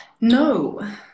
no